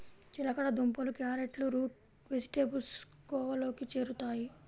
చిలకడ దుంపలు, క్యారెట్లు రూట్ వెజిటేబుల్స్ కోవలోకి చేరుతాయి